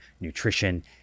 nutrition